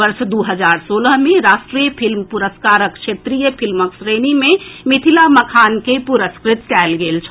वर्ष दू हजार सोलह मे राष्ट्रीय फिल्म पुरस्कारक क्षेत्रीय फिल्मक श्रेणी मे मिथिला मखान के पुरस्कृत कएल गेल छल